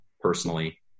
Personally